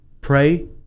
Pray